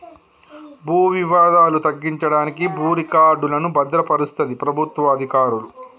భూ వివాదాలు తగ్గించడానికి భూ రికార్డులను భద్రపరుస్తది ప్రభుత్వ అధికారులు